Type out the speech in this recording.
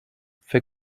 fer